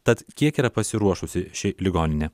tad kiek yra pasiruošusi ši ligoninė